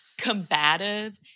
combative